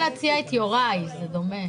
בבקשה.